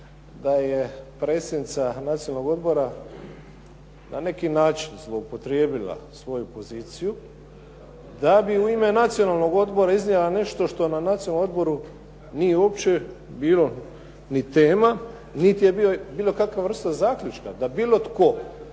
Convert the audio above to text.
da je predsjednica Nacionalnog odbora na neki način zloupotrijebila svoju poziciju da bi u ime Nacionalnog odbora iznijela nešto što na Nacionalnom odboru nije uopće bilo ni tema, niti je bilo kakva vrsta zaključka da bilo tko